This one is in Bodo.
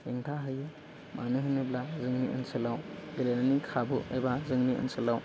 एंगारहायै मानो होनोब्ला जोंनि ओनसोलाव गेलेनायनि खाबु एबा जोंनि ओनसोलाव